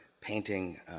painting